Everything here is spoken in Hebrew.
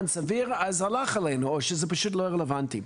סביר הלך עלינו או שזה פשוט לא רלוונטי.